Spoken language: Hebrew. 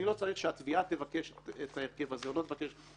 אני לא צריך שהתביעה תבקש את ההרכב הזה או לא תבקש.